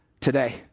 today